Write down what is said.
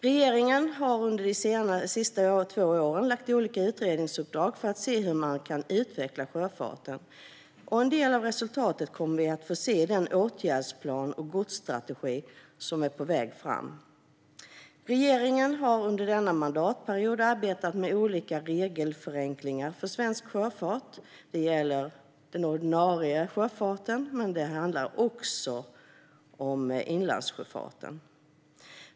Regeringen har under de senaste två åren gett olika utredningsuppdrag för att se hur man kan utveckla sjöfarten. En del av resultatet kommer vi att få se i den åtgärdsplan och godsstrategi som är på väg fram. Regeringen har under denna mandatperiod arbetat med olika regelförenklingar för svensk sjöfart. Det gäller den ordinarie sjöfarten, men det handlar också om inlandssjöfarten.